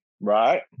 Right